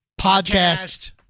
podcast